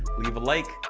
leave a like.